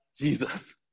Jesus